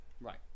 Right